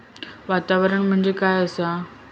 वातावरण म्हणजे काय असा?